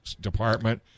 department